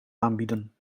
aanbieden